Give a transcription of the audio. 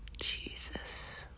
Jesus